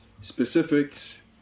specifics